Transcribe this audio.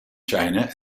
china